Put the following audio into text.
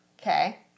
Okay